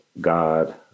God